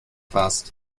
warst